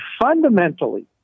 fundamentally